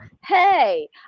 hey